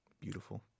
Beautiful